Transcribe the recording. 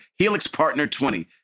HELIXPARTNER20